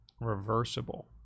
Reversible